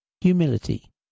Humility